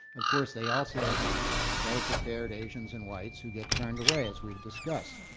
of course, they also harm better-prepared asians and whites who get turned away, as we've discussed.